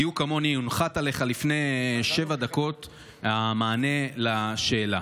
בדיוק כמוני הונחת עליך לפני שבע דקות המענה לשאלה.